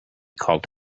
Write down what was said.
called